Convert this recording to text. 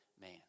man